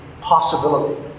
possibility